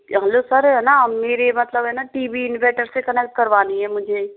हम लोग सर ना मेरे मतलब है ना टी वी इन्वर्टर से कनेक्ट करवानी है मुझे